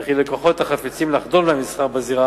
וכי לקוחות החפצים לחדול מהמסחר בזירה